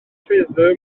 rhythm